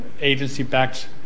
agency-backed